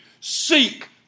seek